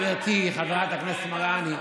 גברתי חברת הכנסת מראענה,